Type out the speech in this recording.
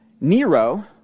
Nero